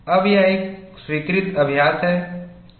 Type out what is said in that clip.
अब यह एक स्वीकृत अभ्यास है